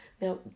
Now